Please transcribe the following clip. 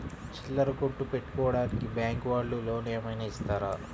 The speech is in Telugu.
చిల్లర కొట్టు పెట్టుకోడానికి బ్యాంకు వాళ్ళు లోన్ ఏమైనా ఇస్తారా?